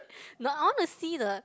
not I wanna see the